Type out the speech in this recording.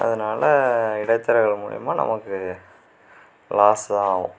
அதனால இடைத்தரகர்கள் மூலியமாக நமக்கு லாஸ் தான் ஆகும்